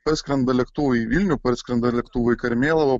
parskrenda lėktuvai į vilnių parskrenda lėktuvai į karmėlavą